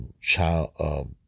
child